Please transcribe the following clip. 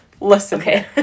Listen